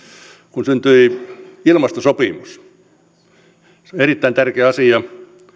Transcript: kun syntyi ilmastosopimus se on erittäin tärkeä asia